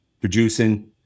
producing